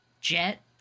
Jet